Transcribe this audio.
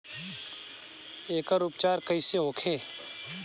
एकर उपचार कईसे होखे?